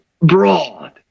broad